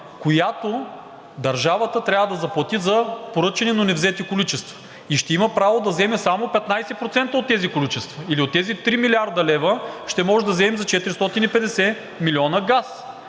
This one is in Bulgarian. която държавата трябва да заплати за поръчани, но невзети количества. И ще има право да вземе само 15% от тези количества. Или от тези 3 млрд. лв. ще можем да вземем за 450 милиона газ.